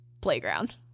playground